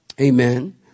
Amen